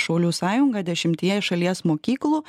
šaulių sąjunga dešimtyje šalies mokyklų